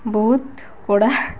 ବହୁତ୍ କଡ଼ା